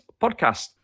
podcast